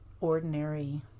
ordinary